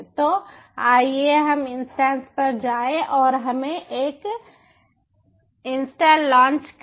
तो आइए हम इंस्टेंस पर जाएं और हमें एक इंस्टेंस लॉन्च करें